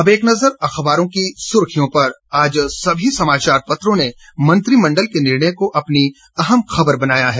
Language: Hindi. अब एक नजर अखबारों की सुर्खियों पर आज सभी समाचार पत्रों ने मंत्रिमंडल के निर्णय को अपनी अहम खबर बनाया है